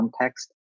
context